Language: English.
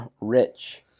rich